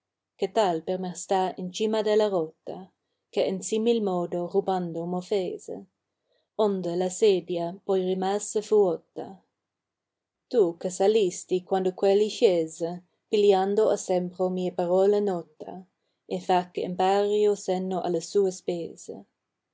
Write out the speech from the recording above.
che tal per me sta in cima della rota che in simil modo rubandt m offese onde la sedia poi rimase vuota tu che salisti quando quegli scese pigliando asempro mie panile nota e fa che impari senno alle sue spese